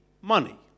money